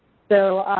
so,